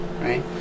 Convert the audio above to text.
right